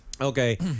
Okay